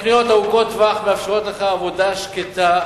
תוכניות ארוכות טווח מאפשרות לך עבודה שקטה,